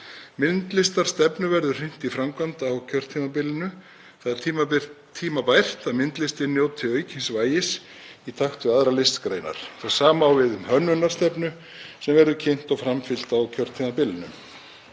Myndlistarstefnu verður hrint í framkvæmd á kjörtímabilinu. Það er tímabært að myndlistin njóti aukins vægis í takt við aðrar listgreinar. Það sama á við um hönnunarstefnu sem verður kynnt og framfylgt á kjörtímabilinu.